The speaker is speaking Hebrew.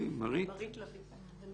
אני